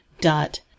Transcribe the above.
dot